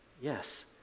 Yes